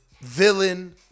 villain